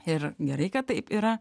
ir gerai kad taip yra